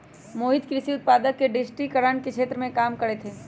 मोहित कृषि उत्पादक के डिजिटिकरण के क्षेत्र में काम करते हई